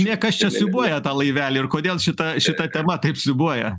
niekas čia siūbuoja laivelį ir kodėl šita šita tema taip siūbuoja